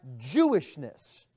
Jewishness